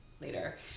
later